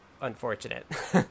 unfortunate